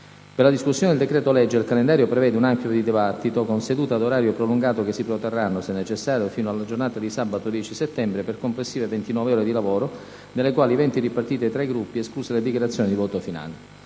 Per la discussione del decreto-legge il calendario prevede un ampio dibattito con sedute ad orario prolungato che si protrarranno, se necessario, fino alla giornata di sabato 10 settembre, per complessive 29 ore di lavoro, delle quali 20 ripartite tra i Gruppi, escluse le dichiarazioni di voto finali.